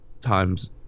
times